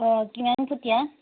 অঁ কিমান ফুটিয়া